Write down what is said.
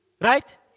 Right